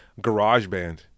GarageBand